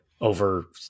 over